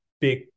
big